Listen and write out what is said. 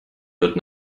wird